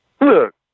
Look